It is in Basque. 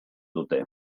dute